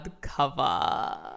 cover